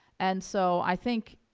and so i think,